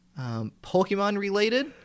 Pokemon-related